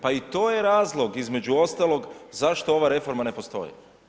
Pa i to je razlog između ostalog zašto ova reforma ne postoji.